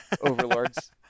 overlords